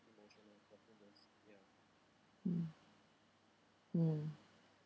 mm mm